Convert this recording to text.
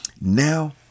Now